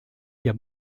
ihr